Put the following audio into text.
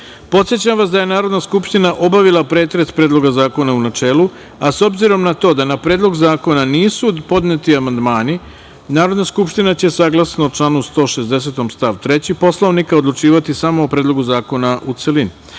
vas da je Narodna skupština obavila pretres Predloga zakona u načelu, a s obzirom na to da na Predlog zakona nisu podneti amandmani, Narodna skupština će, saglasno članu 160. stav 3. Poslovnika, odlučivati samo o Predlogu zakona u